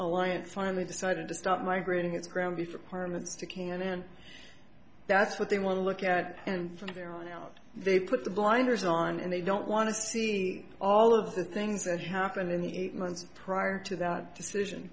alliance finally decided to start migrating its ground beef apartments to cannes and that's what they want to look at and from there on out they put the blinders on and they don't want to see all of the things that happened in the eight months prior to that decision